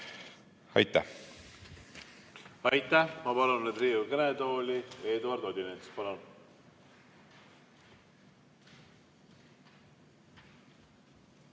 Aitäh!